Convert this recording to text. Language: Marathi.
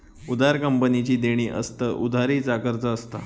उधार कंपनीची देणी असतत, उधारी चा कर्ज असता